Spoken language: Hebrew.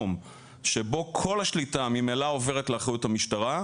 שבו כל השליטה ממילא עוברת לאחריות המשטרה,